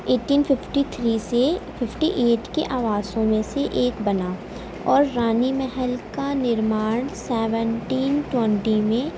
eighteen fifty three سے fifty eight کے آواسوں میں سے ایک بنا اور رانی محل کا نرمان سیونٹین ٹوینٹی میں